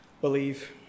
believe